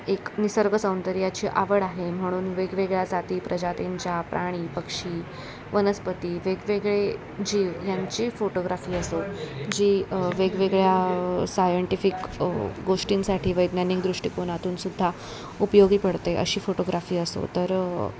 एक निसर्गसौंदर्याची आवड आहे म्हणून वेगवेगळ्या जाती प्रजातींच्या प्राणी पक्षी वनस्पती वेगवेगळे जीव यांची फोटोग्राफी असो जी वेगवेगळ्या सायंटिफिक गोष्टींसाठी वैज्ञानिक दृष्टिकोनातूनसुद्धा उपयोगी पडते अशी फोटोग्राफी असो तर